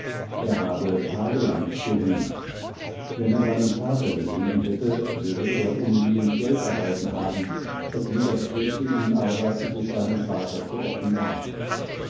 er habe tagelang gehungert wenn er seinem vater geschrieben hätte würde er umgehend geld erhalten haben es widerstrebte ihm aber sich seinem vater zu offenbaren